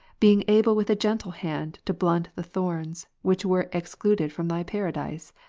being able with a gentle hand to blunt the thorns, which were excluded from thy paradise?